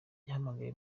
yahamagaye